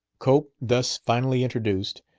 cope, thus finally introduced,